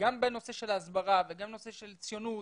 גם בנושא של ההסברה וגם בנושא של הציונות